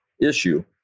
issue